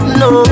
no